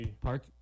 Park